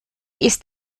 ist